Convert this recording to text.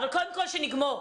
אבל קודם כול שנגמור.